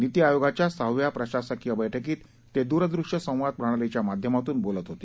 नीती आयोगाच्या सहाव्या प्रशासकीय बैठकीत ते द्रदृश्यसंवाद प्रणालीच्या माध्यमातून बोलत होते